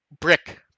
brick